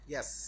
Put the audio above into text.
Yes